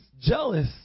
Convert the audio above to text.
jealous